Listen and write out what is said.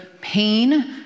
pain